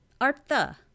artha